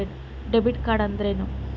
Debit ಕಾರ್ಡ್ಅಂದರೇನು?